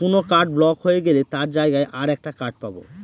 কোন card block হয়ে গেলে তার জায়গায় আর একটা কার্ড পাবো